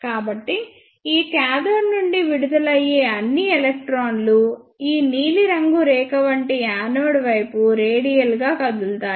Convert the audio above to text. కాబట్టి ఈ కాథోడ్ నుండి విడుదలయ్యే అన్ని ఎలక్ట్రాన్లు ఈ నీలిరంగు రేఖ వంటి యానోడ్ వైపు రేడియల్గా కదులుతాయి